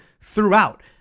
throughout